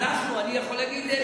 אני יכול להגיד,